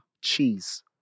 cheese